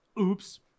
Oops